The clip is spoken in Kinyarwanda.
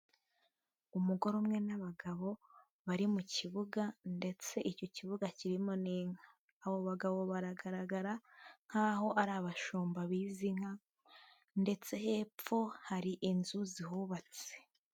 Umugore umwe n'abagabo bari mu kibuga ndetse icyo kibuga kirimo n'inka. Abo bagabo baragaragara nk'aho ari abashumba b'izi nka ndetse hepfo hari inzu zihubatse.